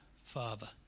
Father